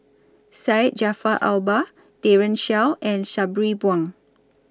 Syed Jaafar Albar Daren Shiau and Sabri Buang